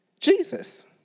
Jesus